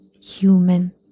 human